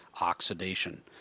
oxidation